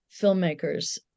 filmmakers